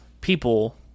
people